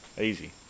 easy